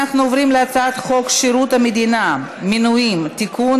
אנחנו עוברים להצעת חוק שירות המדינה (מינויים) (תיקון,